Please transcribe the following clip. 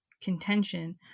contention